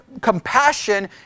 compassion